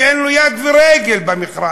שאין לו יד ורגל במכרז: